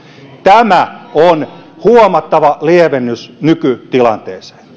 tämä on huomattava lievennys nykytilanteeseen